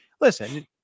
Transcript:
Listen –